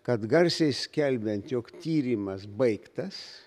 kad garsiai skelbiant jog tyrimas baigtas